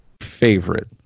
favorite